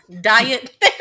diet